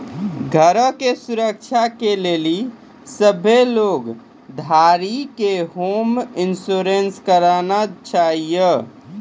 घरो के सुरक्षा के लेली सभ्भे लोन धारी के होम इंश्योरेंस कराना छाहियो